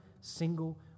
single